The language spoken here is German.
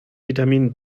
vitamin